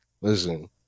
Listen